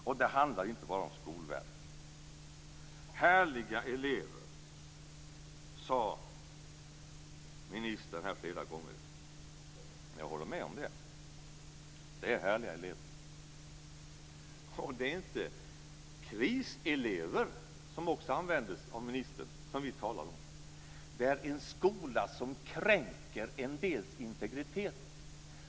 Och det handlar inte bara om Skolverket. Härliga elever, sade ministern flera gånger. Jag håller med om det. Det är härliga elever. Det är inte kriselever, ett ord som också användes av ministern, som vi talar om. Det är en skola som kränker en del elevers integritet.